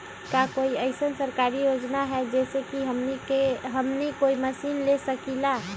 का कोई अइसन सरकारी योजना है जै से हमनी कोई मशीन ले सकीं ला?